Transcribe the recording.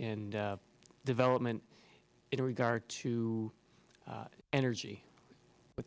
and development in regard to energy but